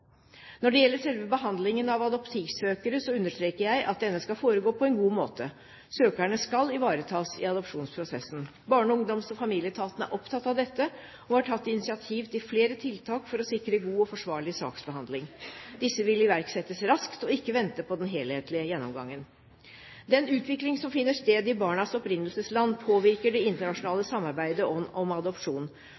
Når det gjelder selve behandlingen av adoptivsøkere, understreker jeg at denne skal foregå på en god måte. Søkerne skal ivaretas i adopsjonsprosessen. Barne-, ungdoms- og familieetaten er opptatt av dette og har tatt initiativ til flere tiltak for å sikre god og forsvarlig saksbehandling. Disse vil iverksettes raskt – og ikke vente på den helhetlige gjennomgangen. Den utvikling som finner sted i barnas opprinnelsesland, påvirker det internasjonale